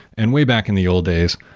and way back in the old days,